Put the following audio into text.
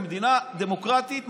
במדינה דמוקרטית,